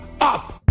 up